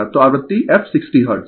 तो आवृत्ति f 60 hertz